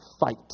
fight